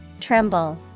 tremble